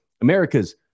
America's